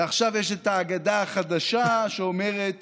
ועכשיו יש אגדה חדשה שאומרת